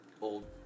old